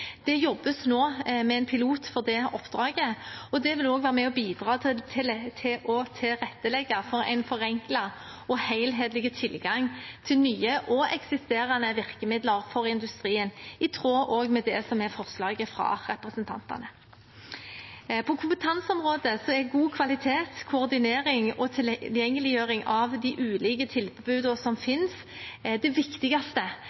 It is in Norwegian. Det jobbes nå med en pilot for det oppdraget, og det vil også være med og bidra til å tilrettelegge for en forenklet og helhetlig tilgang til nye og eksisterende virkemidler for industrien, i tråd også med det som er forslaget fra representantene. På kompetanseområdet er god kvalitet, koordinering og tilgjengeliggjøring av de ulike tilbudene som